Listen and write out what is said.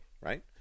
right